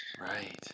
right